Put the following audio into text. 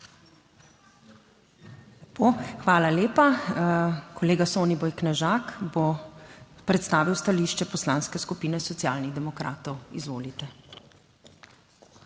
Hvala lepa. Kolega Soniboj Knežak bo predstavil stališče Poslanske skupine Socialnih demokratov, izvolite.